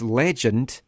legend